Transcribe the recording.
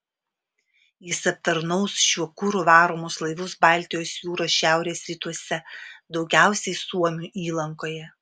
jis aptarnaus šiuo kuru varomus laivus baltijos jūros šiaurės rytuose daugiausiai suomių įlankoje